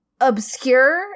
obscure